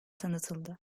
tanıtıldı